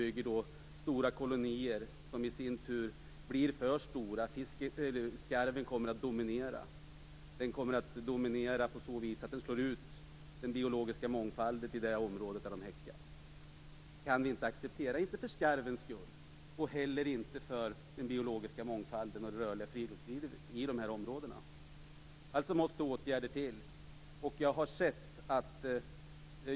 Skarvarna bygger kolonier som blir för stora. Skarven blir dominerande och slår ut den biologiska mångfalden i det område där den häckar. Det kan vi inte acceptera, inte minst för bl.a. det rörliga friluftslivets skull. Åtgärder måste alltså till.